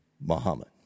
Muhammad